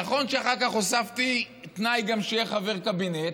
נכון שאחר כך הוספתי גם תנאי שיהיה חבר קבינט,